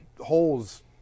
holes